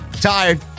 Tired